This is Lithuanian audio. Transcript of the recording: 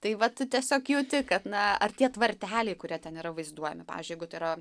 tai va tu tiesiog jauti kad na ar tie tvarteliai kurie ten yra vaizduojami pavyzdžiui jeigu tai yra